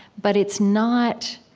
but it's not